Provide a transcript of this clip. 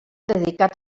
dedicat